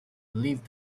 leave